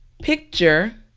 picture